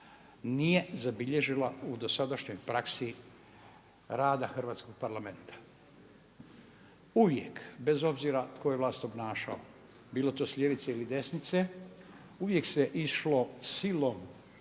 nije zabilježila u dosadašnjoj praksi rada Hrvatskog parlamenta. Uvijek bez obzira tko je vlast obnašao, bilo to s ljevice ili desnice uvijek se išlo silom